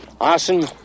Arson